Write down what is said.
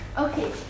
Okay